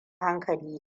hankali